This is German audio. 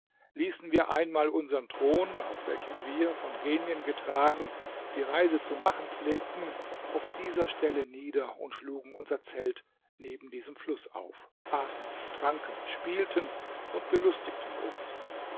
ließen wir einmal unsern thron auf welchem wir von genien getragen die reise zu machen pflegten auf dieser stelle nieder und schlugen unser zelt neben diesem fluß auf aßen tranken spielten und belustigten uns